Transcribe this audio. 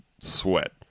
sweat